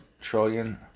trillion